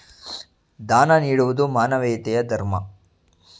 ದಾನ ನೀಡುವುದು ಮಾನವೀಯತೆಯ ಧರ್ಮ